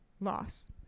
loss